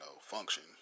function